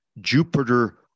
Jupiter